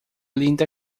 linda